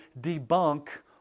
debunk